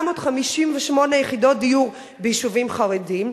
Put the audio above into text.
1,458 יחידות דיור ביישובים חרדיים,